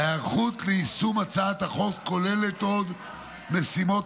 ההיערכות ליישום הצעת החוק כוללת עוד משימות